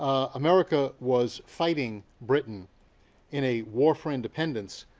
america was fighting britain in a war for independence,